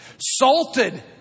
Salted